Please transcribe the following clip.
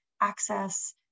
access